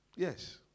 Yes